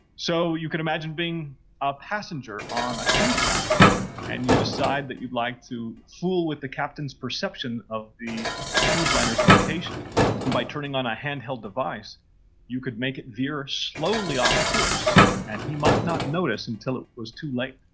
so you could imagine being a passenger on a cruise liner and you decide that you'd like to fool with the captain's perception of the cruise liner's location, and by turning on a hand-held device you could make it veer slowly off course and he might not notice before it was too late.